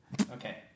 Okay